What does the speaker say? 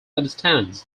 understands